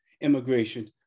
immigration